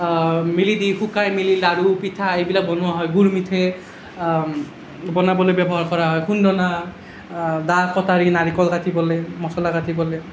মেলি দি শুকাই মেলি লাড়ু পিঠা এইবিলাক বনোৱা হয় গুৰ মিঠাই বনাবলৈ ব্যৱহাৰ কৰা হয় খুন্দনা দা কটাৰী নাৰিকল কাটিবলৈ মচলা কাটিবলৈ